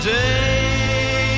day